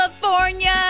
California